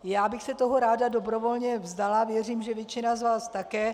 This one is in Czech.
Já bych se toho ráda dobrovolně vzdala, věřím, že většina z vás také.